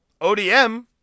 ODM